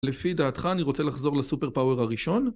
לפי דעתך אני רוצה לחזור לסופר פאוור הראשון